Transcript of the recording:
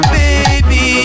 baby